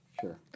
Sure